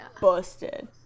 busted